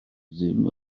ddim